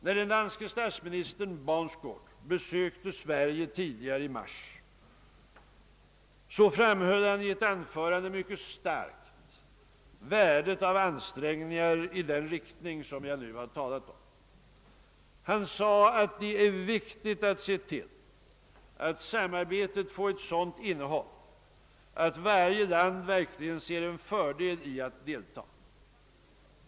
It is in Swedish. När den danske statsministern Baunsgaard besökte Sverige tidigare i mars framhöll han i ett anförande mycket starkt värdet av ansträngningar i den riktning varom jag nu talar. Han sade bl.a. att det är viktigt att se till att samarbetet får ett sådant innehåll, att varje land verkligen finner en fördel i att deltaga.